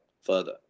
further